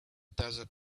desert